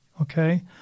okay